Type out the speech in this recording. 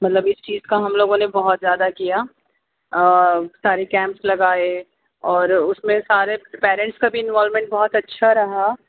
مطلب اس چیز کا ہم لوگوں نے بہت زیادہ کیا سارے کیمپس لگائے اور اس میں سارے پیرنٹس کا بھی انوولمینٹ بہت اچھا رہا